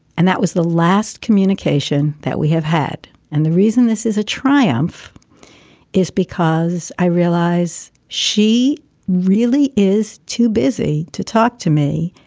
and that was the last communication that we have had. and the reason this is a triumph is because i realize she really is too busy to talk to me.